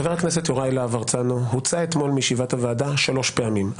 חבר הכנסת יוראי להב הרצנו הוצא אתמול מישיבת הוועדה שלוש פעמים,